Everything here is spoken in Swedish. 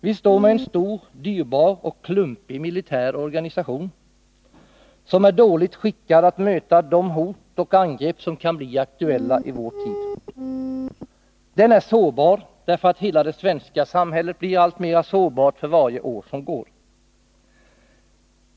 Vi står med en stor, dyrbar Torsdagen den och klumpig militär organisation som är dåligt skickad att möta de hot och 7 maj 1981 angrepp som kan bli aktuella i vår tid. Den är sårbar, därför att hela det svenska samhället blir alltmera sårbart för varje år som går.